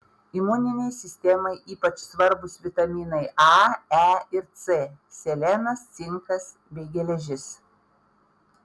imuninei sistemai ypač svarbūs vitaminai a e ir c selenas cinkas bei geležis